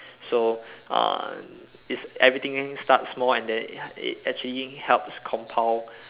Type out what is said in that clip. so uh it's everything starts small and then it actually helps compound